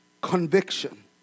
conviction